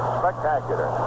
spectacular